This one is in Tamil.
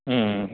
ம்